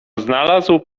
znalazł